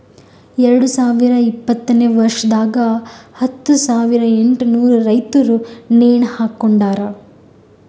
ಎರಡು ಸಾವಿರ ಇಪ್ಪತ್ತನೆ ವರ್ಷದಾಗ್ ಹತ್ತು ಸಾವಿರ ಎಂಟನೂರು ರೈತುರ್ ನೇಣ ಹಾಕೊಂಡಾರ್